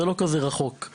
זה לא כזה רחוק.